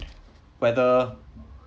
whether